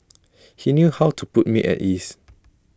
he knew how to put me at ease